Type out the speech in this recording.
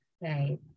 right